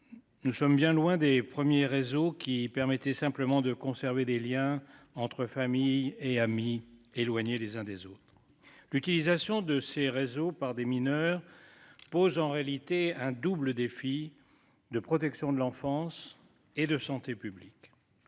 Nous sommes bien loin des premiers réseaux qui permettait simplement de conserver des Liens entre famille et amis éloignés les uns des autres. L'utilisation de ces réseaux par des mineurs posent en réalité un double défi de protection de l'enfance et de santé publique.